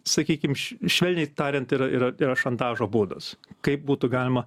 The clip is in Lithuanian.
sakykim šve švelniai tariant yra yra yra šantažo būdas kaip būtų galima